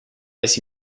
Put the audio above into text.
less